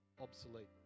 obsolete